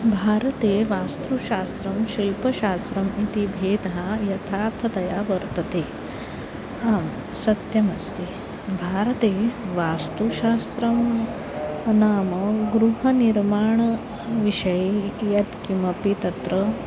भारते वास्त्रुशास्त्रं शिल्पशास्त्रम् इति भेदः यथार्थतया वर्तते आं सत्यमस्ति भारते वास्तुशास्त्रं नाम गृहनिर्माणविषये यत्किमपि तत्र